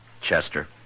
Chester